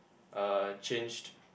uh changed